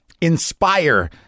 inspire